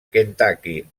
kentucky